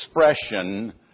expression